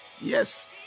Yes